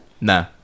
Nah